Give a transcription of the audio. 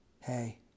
hey